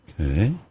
Okay